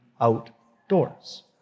outdoors